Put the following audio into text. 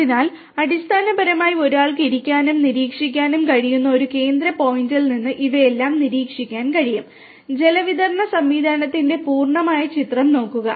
അതിനാൽ അടിസ്ഥാനപരമായി ഒരാൾക്ക് ഇരിക്കാനും നിരീക്ഷിക്കാനും കഴിയുന്ന ഒരു കേന്ദ്ര പോയിന്റിൽ നിന്ന് ഇവയെല്ലാം നിരീക്ഷിക്കാൻ കഴിയും ജലവിതരണ സംവിധാനത്തിന്റെ പൂർണ്ണമായ ചിത്രം നോക്കുക